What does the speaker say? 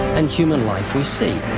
and human life we see.